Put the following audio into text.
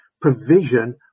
provision